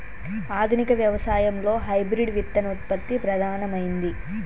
ఆధునిక వ్యవసాయం లో హైబ్రిడ్ విత్తన ఉత్పత్తి ప్రధానమైంది